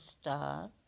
star